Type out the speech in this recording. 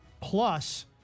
plus